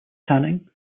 tanning